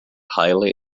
highly